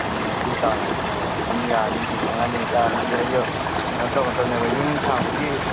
ꯉꯁꯤ ꯇꯥꯡ ꯑꯣ ꯑꯗꯨꯝ ꯌꯥꯅꯤ ꯅꯨꯃꯤꯠ ꯃꯉꯥꯅꯤ ꯑꯣꯏꯕ ꯇꯥꯔꯒꯗꯤ ꯑꯩꯁꯨ ꯀꯩꯅꯣ ꯇꯧꯒꯗꯕꯅꯦꯕ ꯌꯨꯝ ꯁꯥꯕꯒꯤ